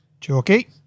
Chalky